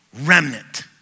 remnant